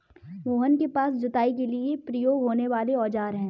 मोहन के पास जुताई के लिए प्रयोग होने वाले औज़ार है